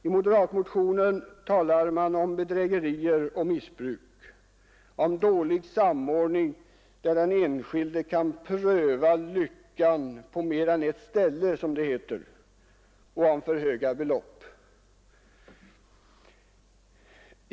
I moderatmotionen talar man om bedrägerier och missbruk, om dålig samordning när ”den enskilde kan pröva lyckan på mer än ett ställe”, som det heter, och om för höga belopp.